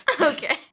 Okay